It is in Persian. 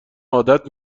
عادت